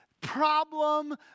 Problem